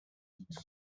each